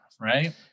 Right